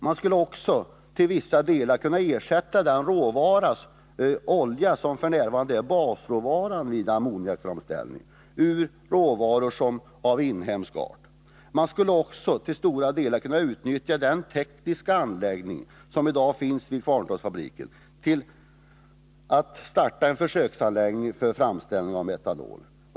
Man skulle vidare till vissa delar kunna ersätta den olja som f. n. är basråvaran vid ammoniakframställningen med inhemska råvaror. Till stora delar skulle man också kunna utnyttja den tekniska anläggning som finns vid Kvarntorpsfabriken för att starta en försöksanläggning för framställning av metanol.